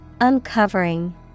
Uncovering